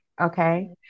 Okay